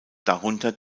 darunter